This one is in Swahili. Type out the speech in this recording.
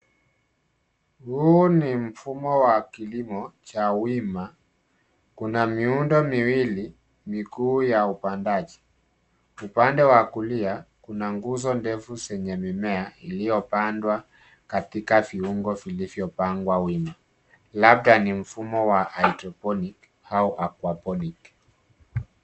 Huu ni mfumo wa kilimo cha wima, kuna miundo miwili mikuu ya upandaji, upande wa kulia kuna nguzo ndefu zenye mimea iliyopandwa katika viungo vilivyopangwa wima labda ni mfumo wa aina ya Hydroponic au Aquaponic